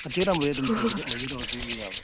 contact ꯅꯝꯕꯔꯁꯤ ꯑꯗꯨꯝ ꯂꯩꯒꯗꯧꯔꯥ ꯄꯤꯕꯤꯕ ꯌꯥꯕ꯭ꯔꯥ